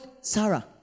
Sarah